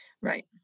right